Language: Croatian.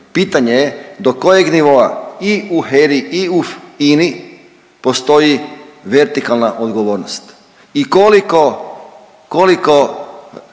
Pitanje je do kojeg nivoa i u HERA-i i u INA-i postoji vertikalna odgovornost i koliko